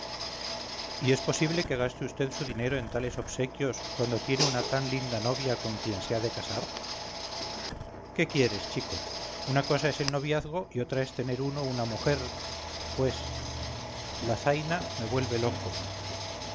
y es posible que gaste vd su dinero en tales obsequios cuando tiene una tan linda novia con quien se ha de casar qué quieres chico una cosa es el noviazgo y otra es tener uno una mujer pues la zaina me vuelve loco